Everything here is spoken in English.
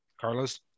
Carlos